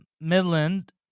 Midland